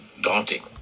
daunting